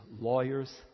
lawyers